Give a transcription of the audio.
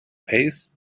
paste